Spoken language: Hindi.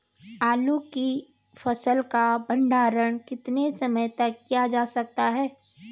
आलू की फसल का भंडारण कितने समय तक किया जा सकता है?